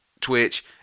Twitch